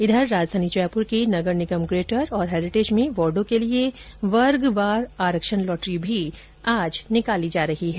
इधर राजधानी जयपुर के नगर निगम ग्रेटर और हैरीटेज में वार्डो के लिए वर्गवार आरक्षण लॉटरी निकाली जा रही है